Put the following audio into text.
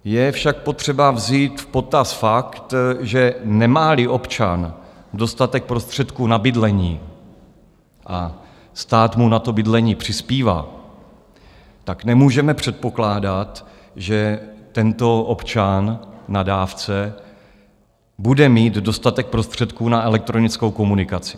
Je však potřeba vzít v potaz fakt, že nemáli občan dostatek prostředků na bydlení a stát mu na bydlení přispívá, nemůžeme předpokládat, že tento občan na dávce bude mít dostatek prostředků na elektronickou komunikaci.